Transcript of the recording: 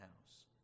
house